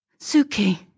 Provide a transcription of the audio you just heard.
Suki